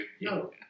No